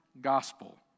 gospel